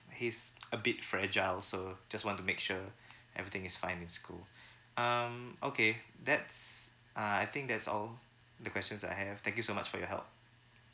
he's a bit fragile so just want to make sure everything is fine in school um okay that's uh I think that's all the questions I have thank you so much for your help